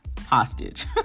hostage